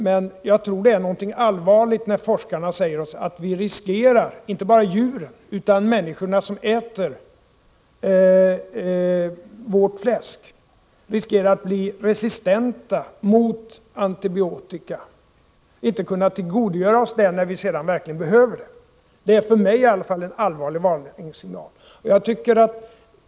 Men jag tror att det är allvarligt när forskarna säger att inte bara djuren utsätts för risker utan att människorna som äter vårt fläsk riskerar att bli resistenta mot antibiotika, att vi inte kan tillgodogöra oss dem när vi sedan verkligen behöver dem. Det är i alla fall för mig en allvarlig varningssignal.